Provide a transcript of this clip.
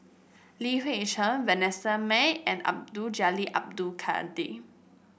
Li Hui Cheng Vanessa Mae and Abdul Jalil Abdul Kadir